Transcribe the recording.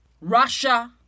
Russia